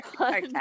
okay